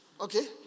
Okay